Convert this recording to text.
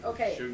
Okay